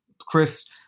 Chris